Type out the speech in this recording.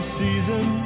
season